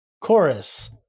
Chorus